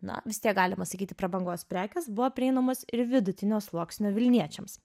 na vis tiek galima sakyti prabangos prekės buvo prieinamos ir vidutinio sluoksnio vilniečiams